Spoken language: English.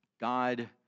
God